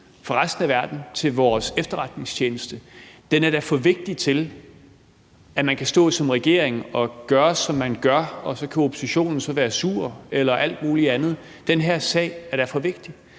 fra resten af verden til vores efterretningstjeneste. Den er da for vigtig til, at man kan stå som regering og gøre, som man gør, og så kan oppositionen så være sur eller alt muligt andet. Den her sag er da for vigtig.